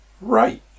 Right